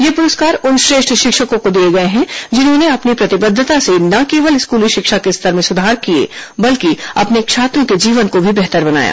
ये पुरस्कार उन श्रेष्ठ शिक्षकों को दिये गये हैं जिन्होंने अपनी प्रतिबद्धता से न केवल स्कूली शिक्षा के स्तर में सुधार किये बल्कि अपने छात्रों के जीवन को भी बेहतर बनाया